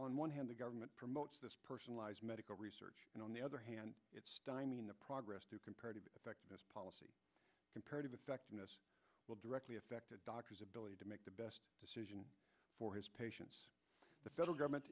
on one hand the government promotes this personalized medical research and on the other hand i mean the progress through comparative effectiveness policy comparative effectiveness will directly affect a doctor's ability to make the best decision for his patients the federal government